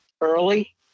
early